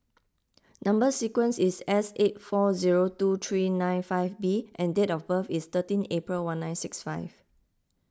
Number Sequence is S eight four zero two three nine five B and date of birth is thirteen April one nine six five